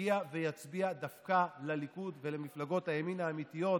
יגיע ויצביע דווקא לליכוד ולמפלגות הימין האמיתיות,